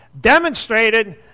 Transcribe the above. Demonstrated